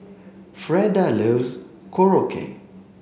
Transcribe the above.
Freda loves korokke